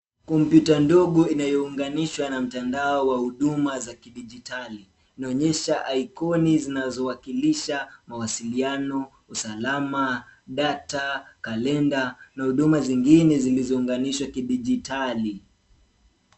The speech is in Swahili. Kompyuta ndogo inayounganishwa na mtandao wa huduma za kidijitali, inaonyesha iconi zinazowakilisha mawasiliano usalama ,data, kalenda na huduma zingine zilizounganishwa kidijitali.